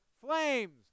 flames